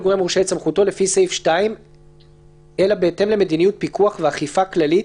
-- לפי סעיף 2 אלא בהתאם למדיניות פיקוח ואכיפה כללית